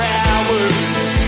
hours